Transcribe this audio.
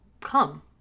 come